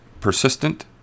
persistent